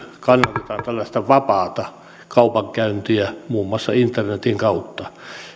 kannustetaan tällaista vapaata kaupankäyntiä muun muassa internetin kautta